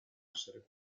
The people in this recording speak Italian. essere